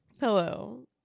Hello